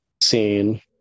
scene